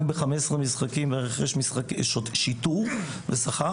רק בחמישה עשר משחקים בערך יש שיטור בשכר.